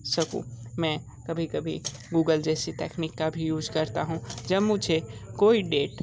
सकूँ मैं कभी कभी गूगल जैसे तकनीक का भी यूज़ करता हूँ जब मुझे कोई डेट